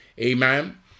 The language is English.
Amen